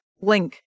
link